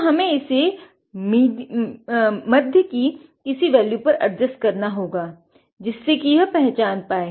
तो हमे इसे मध्य की किसी वैल्यू पर एडजस्ट करना होगा जिससे कि यह पहचान पाए